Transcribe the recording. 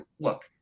look